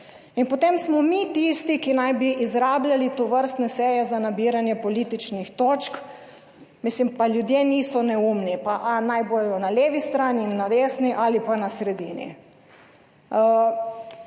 in potem smo mi tisti, ki naj bi izrabljali tovrstne seje za nabiranje političnih točk. Mislim, pa ljudje niso neumni, pa naj bodo na levi strani in na desni ali pa na sredini.